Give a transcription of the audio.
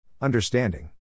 Understanding